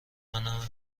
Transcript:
منم